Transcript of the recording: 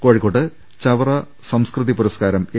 കോഴിക്കോട്ട് ചാവറ സംസ്കൃതി പുരസ്കാരം എം